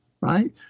right